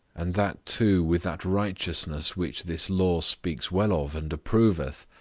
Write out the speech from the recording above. and that too with that righteousness which this law speaks well of and approveth,